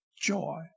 joy